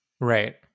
Right